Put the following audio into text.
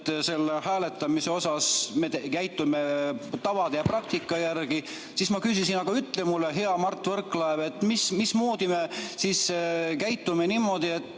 et selle hääletamise puhul me käitume tavade ja praktika järgi. Siis ma küsisin, et aga ütle mulle, hea Mart Võrklaev, mismoodi me siis käitume niimoodi, et